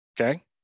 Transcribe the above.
okay